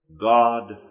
God